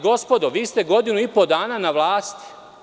Gospodo, vi ste godinu i po dana na vlasti.